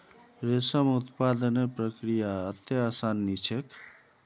रेशम उत्पादनेर प्रक्रिया अत्ते आसान नी छेक